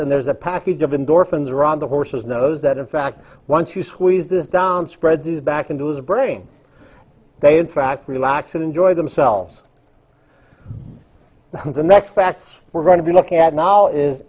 and there's a passage of endorphins around the horse's nose that in fact once you squeeze this down spreads back into his brain they in fact relax and enjoy themselves and that's fast we're going to be looking at now is